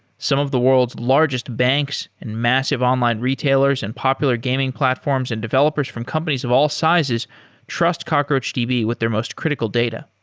some of the world's largest banks and massive online retailers and popular gaming platforms and developers from companies of all sizes trust cockroachdb with their most critical data.